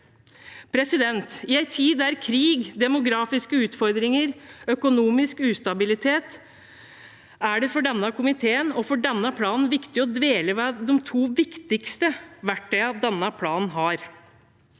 vi gjør. I en tid med krig, demografiske utfordringer og økonomisk ustabilitet er det for denne komiteen og for denne planen viktig å dvele ved de to viktigste verktøyene denne planen har.